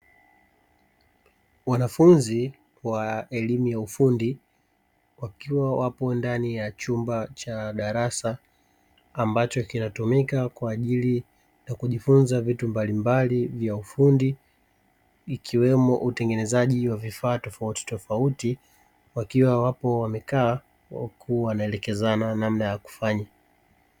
Wanafunzi wa elimu ya ufundi wakiwa wapo ndani ya chumba cha darasa, ambacho kinatumika kwa ajili ya kujifunza vitu mbalimbali vya ufundi, ikiwemo utengenezaji wa vifaa tofautitofauti; wakiwa wapo wamekaa huku wanaelekezana namna ya kufanya.